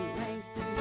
langston